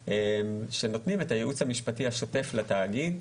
שנותנים את הייעוץ המשפטי השוטף לתאגיד.